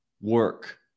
work